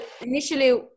initially